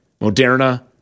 Moderna